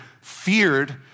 feared